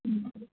മ്മ്